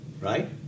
Right